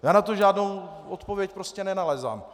Já na to žádnou odpověď prostě nenalézám.